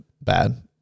bad